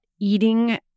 eating